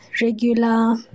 regular